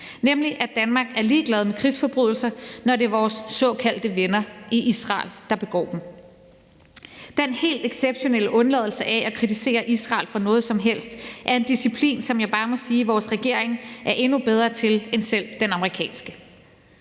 nemlig at Danmark er ligeglade med krigsforbrydelser, når det er vores såkaldte venner i Israel, der begår dem. Den helt exceptionelle undladelse af at kritisere Israel for noget som helst er en disciplin, som jeg bare må sige vores regering er endnu bedre til end selv den amerikanske.